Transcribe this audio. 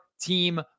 team